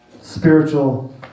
spiritual